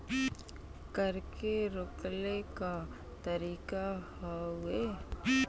कर के रोकले क तरीका हउवे